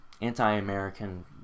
anti-American